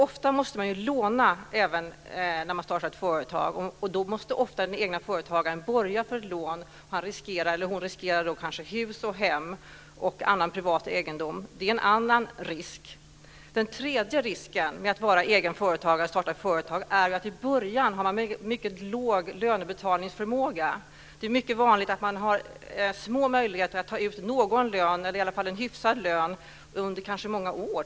Ofta måste man också låna när man startar ett företag, och ofta måste då egenföretagaren borga för ett lån och riskera kanske hus och hem och även annan privat egendom. Det är ytterligare en risk. En tredje risk med att vara egen företagare och starta ett företag är att man i början har en mycket låg lönebetalningsförmåga. Det är mycket vanligt att man har små möjligheter att ta ut i varje fall en hyfsad lön - kanske t.o.m. under många år.